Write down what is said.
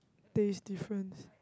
there is difference